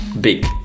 big